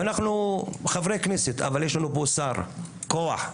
אנחנו חברי כנסת אבל יש לנו פה שר, כוח.